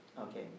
Okay